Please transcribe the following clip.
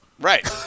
Right